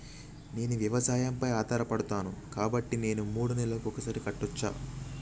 నేను వ్యవసాయం పై ఆధారపడతాను కాబట్టి నేను మూడు నెలలకు ఒక్కసారి కట్టచ్చా?